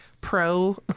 pro